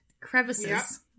crevices